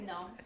No